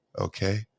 okay